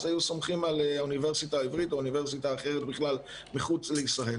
היו סומכים על האוניברסיטה העברית או אוניברסיטה אחרת מחוץ לישראל.